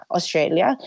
Australia